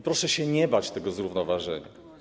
Proszę się nie bać tego zrównoważenia.